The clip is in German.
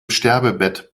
sterbebett